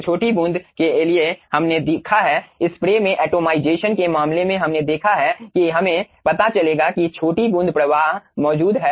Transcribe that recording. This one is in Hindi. छोटी बूंद के लिए हमने देखा है स्प्रे में एटमाइजेशन के मामले में हमने देखा है कि हमें पता चलेगा कि छोटी बूंद प्रवाह मौजूद है